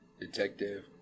Detective